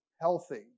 healthy